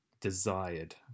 desired